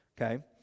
Okay